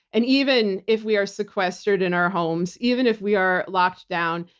and even if we are sequestered in our homes, even if we are locked down,